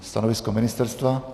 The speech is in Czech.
Stanovisko ministerstva?